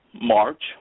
March